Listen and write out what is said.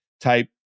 type